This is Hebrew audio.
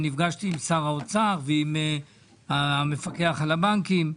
אני נפגשתי עם שר האוצר ועם המפקח על הבנקים,